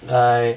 I